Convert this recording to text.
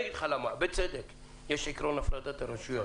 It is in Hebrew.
בצדק יש עקרון הפרדת הרשויות --- אני